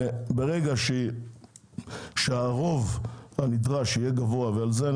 ברגע שהרוב הנדרש יהיה גבוה ועל זה ה